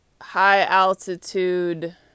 high-altitude